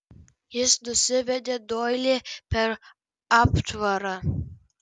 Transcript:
jis nusivedė doilį per aptvarą